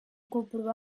comprovar